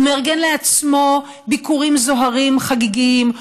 הוא מארגן לעצמו ביקורים זוהרים חגיגיים,